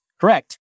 correct